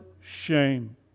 shame